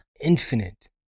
infinite